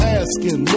asking